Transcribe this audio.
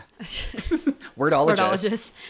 Wordologist